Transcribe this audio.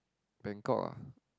Bangkok ah